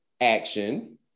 action